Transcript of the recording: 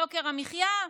יוקר המחיה,